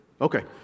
Okay